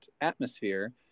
atmosphere